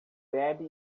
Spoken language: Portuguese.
bebe